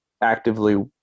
actively